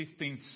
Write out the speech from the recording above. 15th